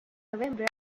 novembri